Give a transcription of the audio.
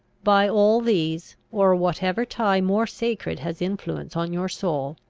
by all these, or whatever tie more sacred has influence on your soul,